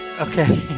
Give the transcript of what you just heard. okay